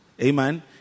Amen